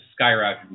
skyrocketed